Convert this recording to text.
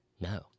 No